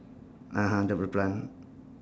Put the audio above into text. (uh huh) the the plant